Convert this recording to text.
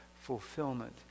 fulfillment